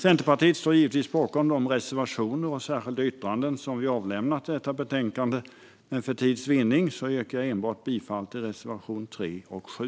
Centerpartiet står givetvis bakom de reservationer och särskilda yttranden som vi har i detta betänkande, men för tids vinnande yrkar jag bifall enbart till reservationerna 3 och 7.